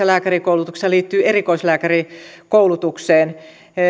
lääkärikoulutuksessa liittyy erikoislääkärikoulutukseen